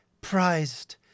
Prized